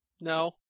no